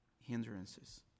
hindrances